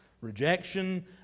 rejection